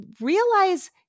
realize